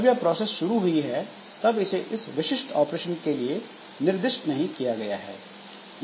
जब यह प्रोसेस शुरू हुई है तब इसे इस विशिष्ट ऑपरेशन के लिए निर्दिष्ट नहीं किया गया है